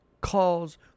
calls